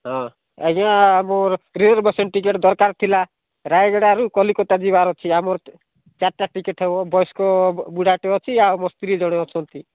ହଁ ଆଜ୍ଞା ମୋର ରେଳ ବସ୍ ଟିକେଟ୍ ଦରକାର ଥିଲା ରାୟଗଡ଼ାରୁ କଲିକତା ଯିବାର ଅଛି ଆମର ଚାରିଟା ଟିକେଟ୍ ହେବ ବୟସ୍କ ବୁଢ଼ାଟେ ଅଛି ଆଉ ମୋର ସ୍ତ୍ରୀ ଜଣେ ଅଛନ୍ତି